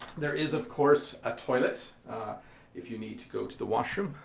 there is, of course, a toilet if you need to go to the washroom.